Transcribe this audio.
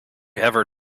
ever